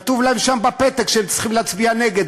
כתוב להם שם בפתק שהם צריכים להצביע נגד,